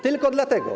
Tylko dlatego.